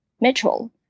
Mitchell